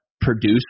produce